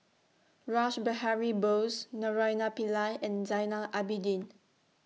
Rash Behari Bose Naraina Pillai and Zainal Abidin